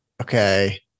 okay